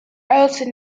also